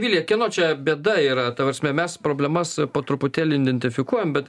vilija kieno čia bėda yra ta prasme mes problemas po truputėlį identifikuojam bet